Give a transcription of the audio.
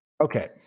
Okay